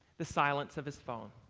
the silence of his phone.